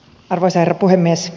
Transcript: arvoisa herra puhemies